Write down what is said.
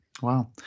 Wow